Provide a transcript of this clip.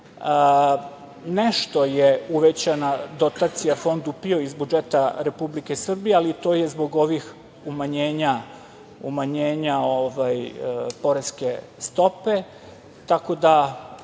Nešto je uvećana dotacija Fondu PIO iz budžeta Republike Srbije, ali to je zbog ovih umanjenja poreske stope, tako da